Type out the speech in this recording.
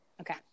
Okay